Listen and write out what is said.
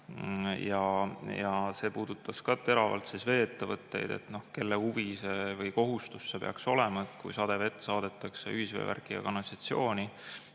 See puudutas ka teravalt vee-ettevõtteid, kelle huvi või kohustus see peaks olema. Kui sadevett saadetakse ühisveevärki ja ‑kanalisatsiooni,